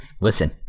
Listen